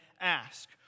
ask